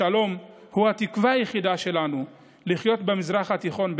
השלום הוא התקווה היחידה שלנו לחיות במזרח התיכון ביחד,